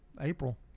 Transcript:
April